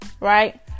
Right